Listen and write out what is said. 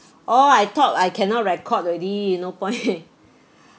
oh I thought I cannot record already no point